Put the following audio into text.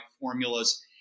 formulas